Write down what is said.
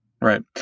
right